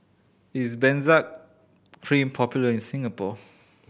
is Benzac Cream popular in Singapore